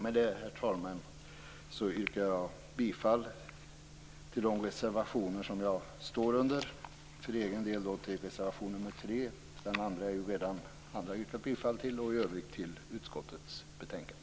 Med detta, herr talman, yrkar jag bifall till den reservation som jag står bakom - reservation 3 - eftersom andra redan har yrkat bifall till den andra reservationen. I övrigt yrkar jag bifall till hemställan i utskottets betänkande.